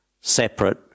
separate